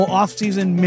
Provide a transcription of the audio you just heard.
offseason